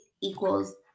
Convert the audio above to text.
equals